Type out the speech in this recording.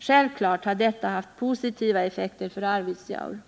Självklart har detta haft positiva effekter för Arvidsjaur.